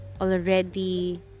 already